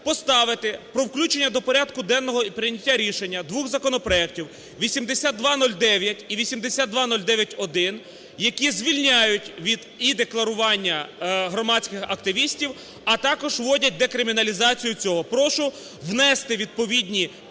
поставити про включення до порядок денного і прийняття рішення двох законопроектів 8209 і 8209-1, які звільняють від і декларування громадських активістів, а також вводять декриміналізацію цього. Прошу внести відповідні